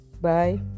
Bye